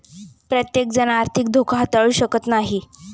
प्रत्येकजण आर्थिक धोका हाताळू शकत नाही